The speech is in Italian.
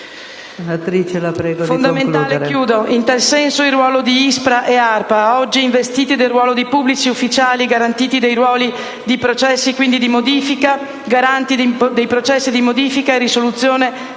Fondamentale in tal senso il ruolo di ISPRA ed ARPA, oggi investiti del ruolo di pubblici ufficiali garanti dei processi di modifica e risoluzione